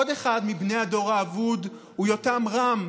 עוד אחד מבני הדור האבוד הוא יותם רם,